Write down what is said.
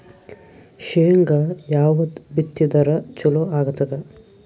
ಶೇಂಗಾ ಯಾವದ್ ಬಿತ್ತಿದರ ಚಲೋ ಆಗತದ?